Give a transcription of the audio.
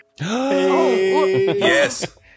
Yes